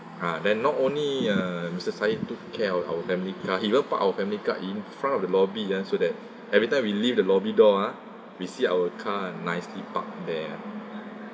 ah then not only uh mister sayid took care of our family car even park our family car in front of the lobby ah so that every time we leave the lobby door ah we see our car and nicely parked there